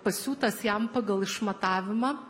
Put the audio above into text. pasiūtas jam pagal išmatavimą